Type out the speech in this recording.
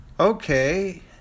Okay